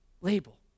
label